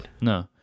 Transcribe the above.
No